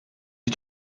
you